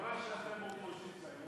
היא אמרה שאתם אופוזיציה,